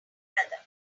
brother